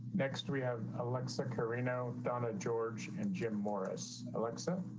next we have alexa curry. now, donna george and jim morris alexa